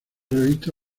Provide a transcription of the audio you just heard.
revista